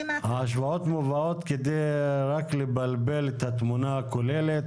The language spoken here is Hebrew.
וההשוואות מובאות רק כדי לבלבל את התמונה הכוללת.